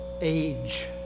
age